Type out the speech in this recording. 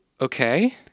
okay